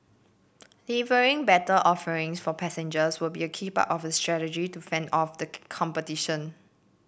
delivering better offering for passengers will be a key part of its strategy to fend off the competition